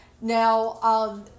Now